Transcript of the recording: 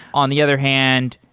on the other hand,